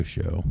Show